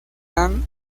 han